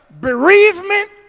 bereavement